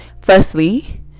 firstly